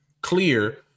clear